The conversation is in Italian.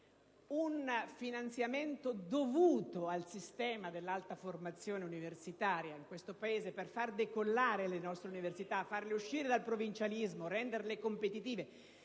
un finanziamento dovuto al sistema dell'alta formazione universitaria in questo Paese per fare decollare le nostre università, farle uscire dal provincialismo e renderle competitive,